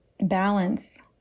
balance